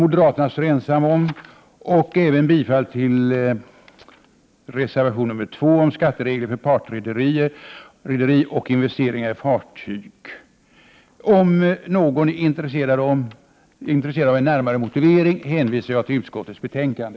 Jag yrkar även bifall till reservation 2 om skatteregler för partrederier och investeringar i fartyg. Om någon är intresserad av någon närmare motivering hänvisar jag till utskottets betänkande.